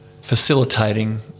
facilitating